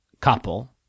couple